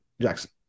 Jackson